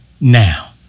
now